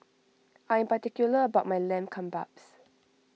I am particular about my Lamb Kebabs